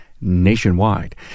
nationwide